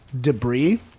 Debris